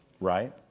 Right